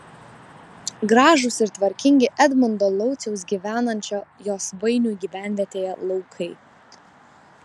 gražūs ir tvarkingi edmundo lauciaus gyvenančio josvainių gyvenvietėje laukai